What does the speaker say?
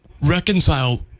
reconcile